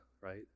right